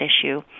issue